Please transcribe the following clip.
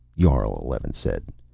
jarl eleven said.